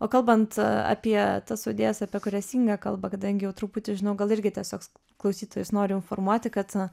o kalbant apie tas audėjas apie kurias inga kalba kadangi jau truputį žinau gal irgi tiesiog klausytojus noriu informuoti kad